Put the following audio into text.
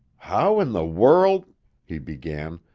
how in the world he began,